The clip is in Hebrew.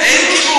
אין כיבוש?